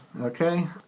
Okay